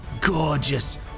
gorgeous